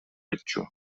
айтчу